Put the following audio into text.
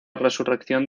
resurrección